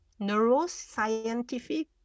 neuroscientific